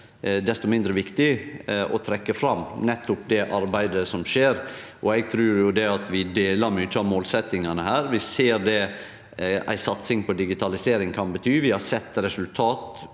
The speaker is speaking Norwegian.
desto mindre viktig å trekkje fram nettopp det arbeidet som skjer. Eg trur at vi deler mange av målsetjingane her. Vi ser det ei satsing på digitalisering kan bety. Vi har sett resultat